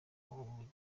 ubugira